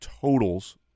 totals